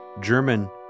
German